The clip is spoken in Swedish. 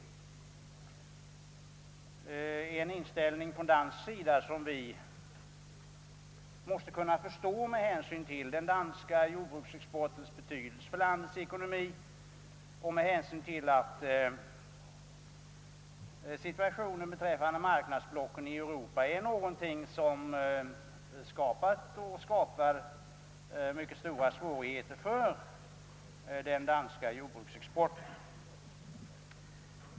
Danmarks inställning måste vi kunna förstå med hänsyn till den danska jordbruksexportens betydelse för landets ekonomi och till att situationen beträffande marknadsblocken i Europa är någonting som skapat och skapar mycket stora svårigheter för denna export.